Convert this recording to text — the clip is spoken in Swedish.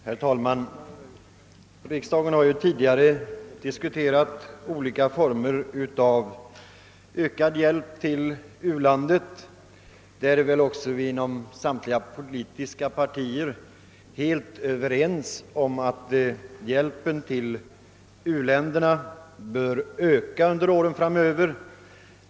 Herr talman! Riksdagen har ju tidigare diskuterat olika former av ökad hjälp till u-länderna, och vi är väl inom samtliga politiska partier överens om att denna hjälp bör öka under åren framöver.